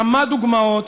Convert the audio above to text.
כמה דוגמאות,